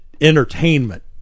entertainment